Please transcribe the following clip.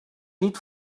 nit